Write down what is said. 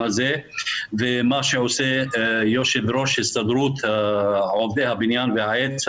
הזה ומה שעושה יושב ראש הסתדרות עובדי הבניין והעץ,